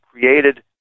created